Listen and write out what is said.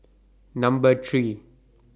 Number three